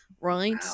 right